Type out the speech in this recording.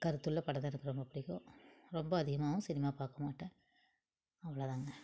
கருத்துள்ள படம் தான் எனக்கு ரொம்ப பிடிக்கும் ரொம்ப அதிகமாகவும் சினிமா பார்க்கமாட்டேன் அவ்வளோ தாங்க